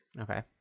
Okay